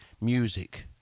music